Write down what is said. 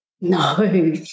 No